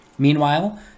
Meanwhile